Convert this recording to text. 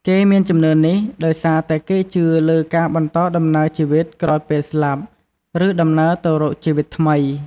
គេមានជំនឿនេះដោយសារតែគេជឿលើការបន្តដំណើរជីវិតក្រោយពេលស្លាប់ ឬដំណើរទៅរកជីវិតថ្មី។